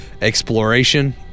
exploration